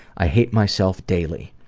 i hate myself daily.